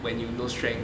when you have no strength